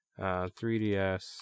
3ds